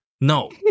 No